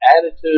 attitude